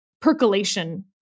percolation